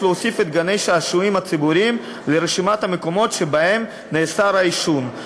להוסיף את גני-השעשועים הציבוריים לרשימת המקומות שבהם נאסר העישון,